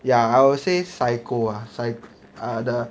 ya I'll say psycho ah psy~ err the